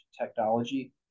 technology